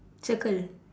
circle